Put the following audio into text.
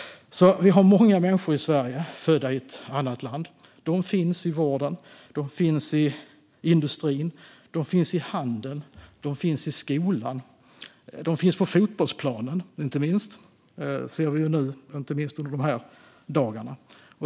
Vi har många människor i Sverige som är födda i ett annat land. De finns i vården. De finns i industrin. De finns i handeln. De finns i skolan. De finns på fotbollsplanen - det ser vi inte minst under de här dagarna.